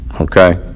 okay